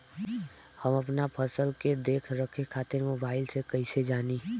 हम अपना फसल के देख रेख खातिर मोबाइल से कइसे जानी?